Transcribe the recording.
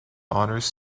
honors